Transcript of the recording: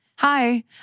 Hi